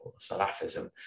Salafism